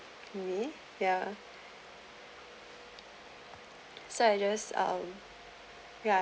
me ya so I just um ya